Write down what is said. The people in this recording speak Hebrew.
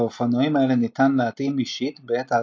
את האופנועים האלה ניתן להתאים אישית בעת ההזמנה,